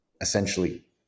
essentially